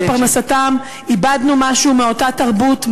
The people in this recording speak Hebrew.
איבדנו משהו מאותה תרבות,